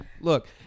Look